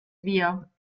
wir